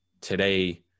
today